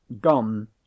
Gone